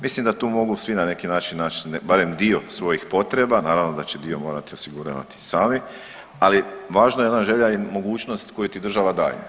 Mislim da tu mogu svi na neki način nać barem dio svojih potreba, naravno da će dio morati osiguravati sami, ali važno je ona želja i mogućnost koju ti država daje.